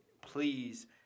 please